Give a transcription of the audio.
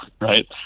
right